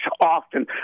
often